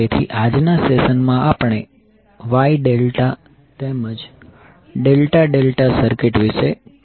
તેથી આજના સેશનમાં આપણે Y ∆ તેમજ ∆∆ સર્કિટ વિશે ચર્ચા કરીશું